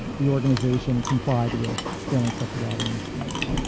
the organization complied with generally accepted auditing standards.